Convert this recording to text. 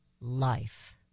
life